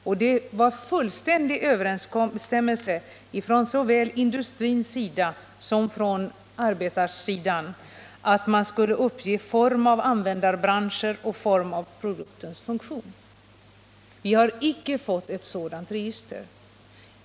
Industrin och arbetarsidan var fullständigt överens om att man skulle uppge form av användarbranscher och form av produktens funktion. Vi har inte fått ett sådant register.